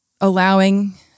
allowing